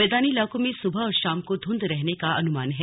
मैदानी इलाकों में सुबह और शाम को ध्रंध रहने का अनुमान है